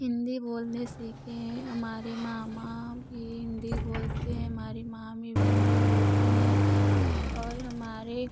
हिन्दी बोलने सीखे हें हमारे मामा भी हिन्दी बोलते हैं हमारी मामी भी हिन्दी बोलती हैं और हमारे